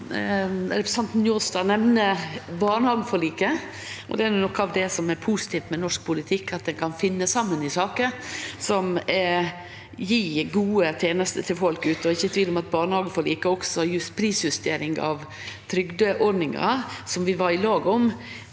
Representan- ten Njåstad nemnde barnehageforliket. Det er noko av det som er positivt med norsk politikk, at ein kan finne saman i saker og gje gode tenester til folk. Det er ikkje tvil om at barnehageforliket og prisjustering av trygdeordningar, som vi har vore